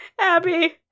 Abby